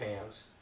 fans